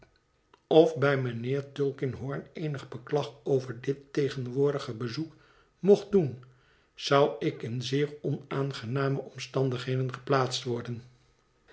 of bij mijnheer tulkinghorn eenig beklag over dit tegenwoordige bezoek mocht doen zou ik in zeer onaangename omstandigheden geplaatst worden